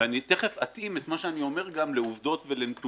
אני תיכף אתאים את מה שאני אומר גם לעובדות ולנתונים.